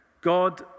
God